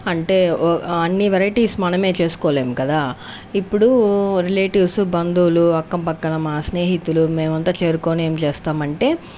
అంటే అన్ని వెరైటీస్ మనమే చేసుకోలేము కదా ఇప్పుడు రిలేటివ్స్ బంధువులు అక్కం పక్కన మా స్నేహితులు మేమంతా చేరుకొని ఏం చేస్తామంటే